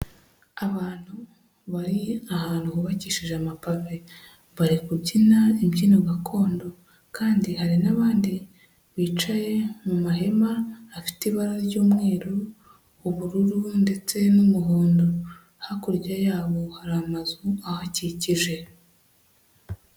Abantu bari ahantu hubakishije amapave bari kubyina imbyino gakondo kandi hari n'abandi bicaye mu mahema afite ibara ry'umweru, ubururu ndetse n'umuhondo, hakurya ya hari amazu ahakikije.